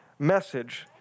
message